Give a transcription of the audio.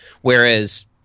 whereas